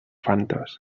fantes